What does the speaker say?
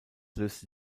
löste